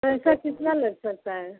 पैसा कितना लग सकता है